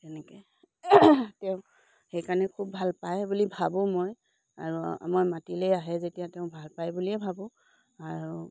তেনেকৈ তেওঁ সেইকাৰণে খুব ভাল পায় বুলি ভাবোঁ মই আৰু মই মাতিলে আহে যেতিয়া তেওঁ ভাল পায় বুলিয়ে ভাবোঁ আৰু